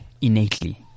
Innately